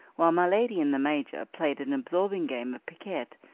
while my lady and the major played an absorbing game of piquet,